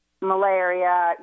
malaria